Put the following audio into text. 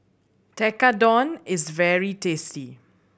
Tekkadon is very tasty